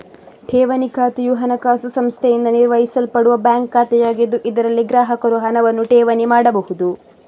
ಠೇವಣಿ ಖಾತೆಯು ಹಣಕಾಸು ಸಂಸ್ಥೆಯಿಂದ ನಿರ್ವಹಿಸಲ್ಪಡುವ ಬ್ಯಾಂಕ್ ಖಾತೆಯಾಗಿದ್ದು, ಇದರಲ್ಲಿ ಗ್ರಾಹಕರು ಹಣವನ್ನು ಠೇವಣಿ ಮಾಡಬಹುದು